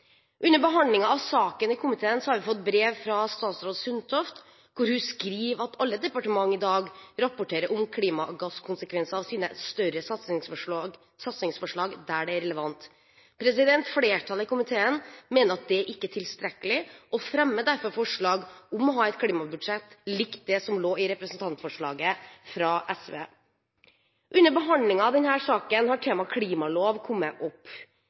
Under behandlingen av saken i komiteen har vi fått brev fra statsråd Sundtoft, hvor hun skriver at alle departementer i dag rapporterer om klimagasskonsekvenser av sine større satsingsforslag der det er relevant. Flertallet i komiteen mener at det ikke er tilstrekkelig og fremmer derfor forslag om å ha et klimabudsjett likt det som lå i representantforslaget fra SV. Under behandlingen av denne saken har temaet klimalov kommet opp.